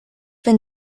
been